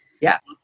Yes